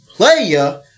player